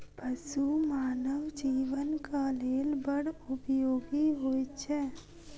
पशु मानव जीवनक लेल बड़ उपयोगी होइत छै